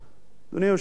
אדוני היושב-ראש,